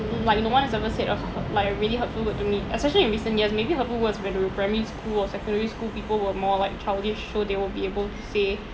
like no one has ever said of like a really hurtful word to me especially in recent years maybe hurtful words when we were in primary school or secondary school people were more like childish so they will be able to say